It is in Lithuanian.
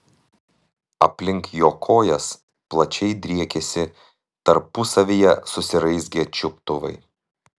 aplink jo kojas plačiai driekėsi tarpusavyje susiraizgę čiuptuvai